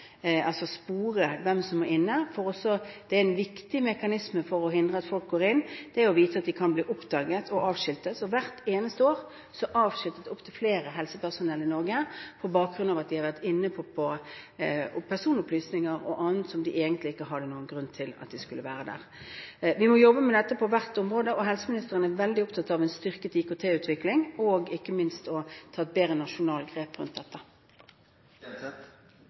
altså spore hvem som er inne, for det er en viktig mekanisme for å hindre at folk går inn: det å vite at man kan bli oppdaget og avskiltet. Hvert eneste år avskiltes flere helsepersonell i Norge på bakgrunn av at de har vært inne på personopplysninger og annet som de egentlig ikke hadde noen grunn til å gjøre. Vi må jobbe med dette på hvert område, og helseministeren er veldig opptatt av en styrket IKT-utvikling og ikke minst av å ta et bedre nasjonalt grep rundt dette.